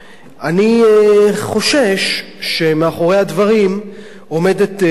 אני חושש שמאחורי הדברים עומדת כוונה